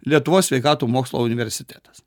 lietuvos sveikatų mokslo universitetas